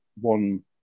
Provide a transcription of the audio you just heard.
one